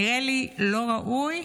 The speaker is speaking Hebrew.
נראה לי לא ראוי,